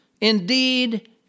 Indeed